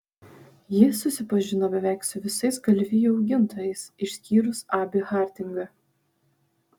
ji susipažino beveik su visais galvijų augintojais išskyrus abį hardingą